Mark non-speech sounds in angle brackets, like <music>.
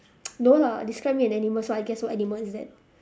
<noise> no lah describe me an animal so I guess what animal is that